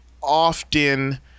often